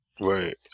Right